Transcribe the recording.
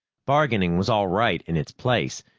bargaining was all right in its place,